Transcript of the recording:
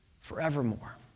forevermore